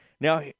Now